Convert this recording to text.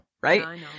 right